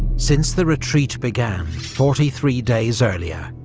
since the retreat began forty three days earlier,